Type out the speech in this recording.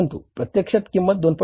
परंतु प्रत्यक्षात किंमत 2